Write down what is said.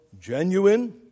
genuine